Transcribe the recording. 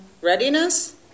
readiness